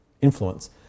influence